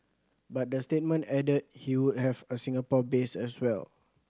but the statement added he would have a Singapore base as well